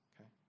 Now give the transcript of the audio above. okay